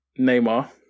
Neymar